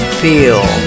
feel